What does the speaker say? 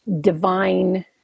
divine